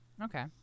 Okay